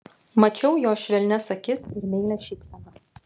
mačiau jo švelnias akis ir meilią šypseną